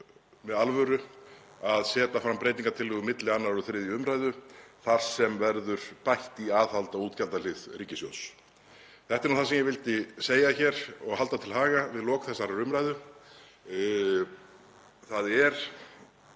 af alvöru að setja fram breytingartillögu milli 2.og 3. umræðu þar sem verði bætt í aðhald á útgjaldahlið ríkissjóðs. Þetta er nú það sem ég vildi segja hér og halda til haga við lok þessarar umræðu. Það er